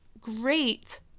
great